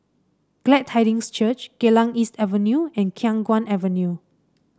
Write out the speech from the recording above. Glad Tidings Church Geylang East Avenue and Khiang Guan Avenue